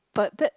but that